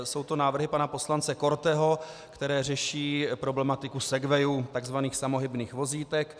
Jsou to návrhy pana poslance Korteho, které řeší problematiku segwayů, takzvaných samohybných vozítek.